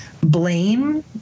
blame